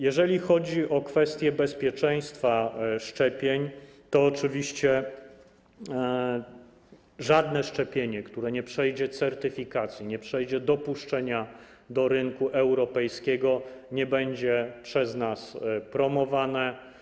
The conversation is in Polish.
Jeżeli chodzi o kwestię bezpieczeństwa szczepień, to oczywiście żadne szczepienie, które nie przejdzie certyfikacji, nie przejdzie dopuszczenia do rynku europejskiego, nie będzie przez nas promowane.